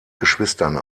geschwistern